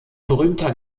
berühmter